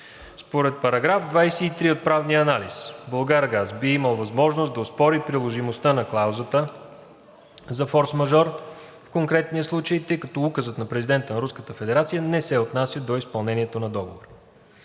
Според § 23 от правния анализ „Булгаргаз“ би имало възможност да оспори приложимостта на клаузата за „форсмажор“ в конкретния случай, тъй като Указът на президента на Руската федерация не се отнася до изпълнението на Договора.